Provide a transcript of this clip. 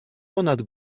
ponad